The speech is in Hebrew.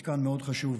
מתקן מאוד חשוב.